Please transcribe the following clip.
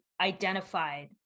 identified